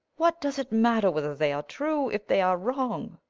what does it matter whether they are true if they are wrong?